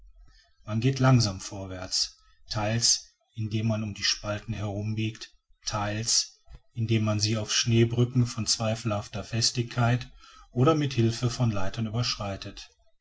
man geht langsam vorwärts theils indem man um die spalten herumbiegt theils indem man sie auf schneebrücken von zweifelhafter festigkeit oder mit hilfe von leitern überschreitet